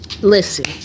Listen